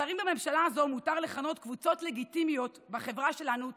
לשרים בממשלה הזו מותר לכנות קבוצות לגיטימיות בחברה שלנו תתי-אדם.